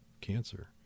cancer